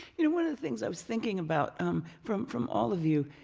one of the things i was thinking about um from from all of you,